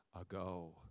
ago